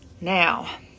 Now